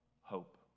hope